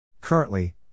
Currently